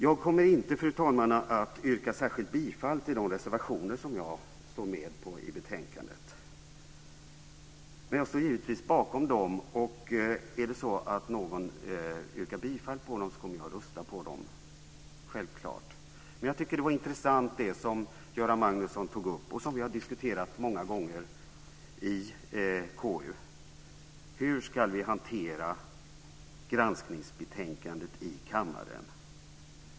Jag kommer inte, fru talman, att yrka på godkännande av anmälan i de reservationer som jag står med på i betänkandet, men jag står givetvis bakom dem, och om någon yrkar på godkännande av anmälan i de reservationerna kommer jag självklart att rösta för detta. Men jag tycker det som Göran Magnusson tog upp och som vi har diskuterat många gånger i KU var intressant. Hur ska vi hantera granskningsbetänkandet i kammaren?